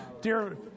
Dear